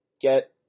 Get